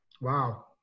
Wow